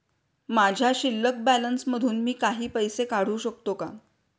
माझ्या शिल्लक बॅलन्स मधून मी काही पैसे काढू शकतो का?